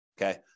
okay